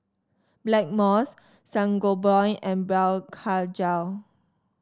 Blackmores Sangobion and Blephagel